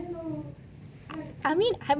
I dunno like